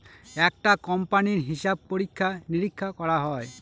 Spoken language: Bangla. একটা কোম্পানির হিসাব পরীক্ষা নিরীক্ষা করা হয়